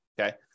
okay